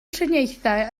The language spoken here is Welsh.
triniaethau